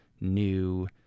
new